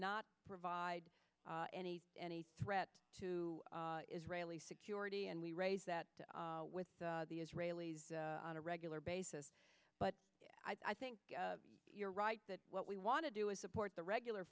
not provide any any threat to israeli security and we raise that with the israelis on a regular basis but i think you're right that what we want to do is support the regular